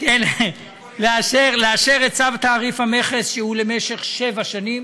היא לאשר את צו תעריף המכס למשך שבע שנים,